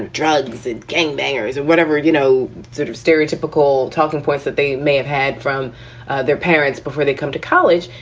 drugs and gang bangers or whatever it, you know, sort of stereotypical talking points that they may have had from their parents before they come to college.